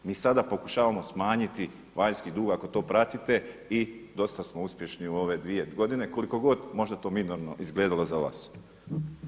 Mi sada pokušavamo smanjiti vanjski dug, ako to pratite, i dosta smo uspješni u ove dvije godine koliko god možda to minorno izgledalo za vas.